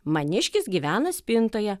maniškis gyvena spintoje